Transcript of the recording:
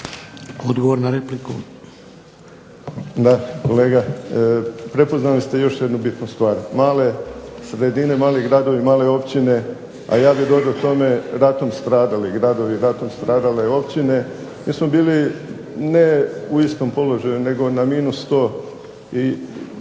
Odgovor na repliku.